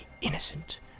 innocent